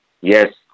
Yes